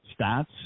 stats